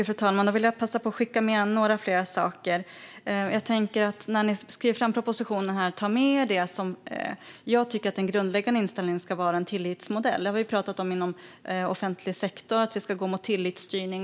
Fru talman! Jag vill passa på att skicka med några fler saker. När ni skriver fram propositionen tycker jag att den grundläggande inställningen ska vara en tillitsmodell. När det gäller offentlig sektor har vi ju pratat om att vi ska gå mot tillitsstyrning.